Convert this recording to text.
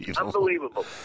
Unbelievable